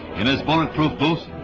in his bullet-proof booth,